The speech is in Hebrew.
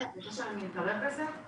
אני רוצה לענות לבת חן על ההערה שלה.